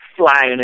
flying